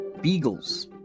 Beagles